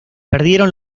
perdieron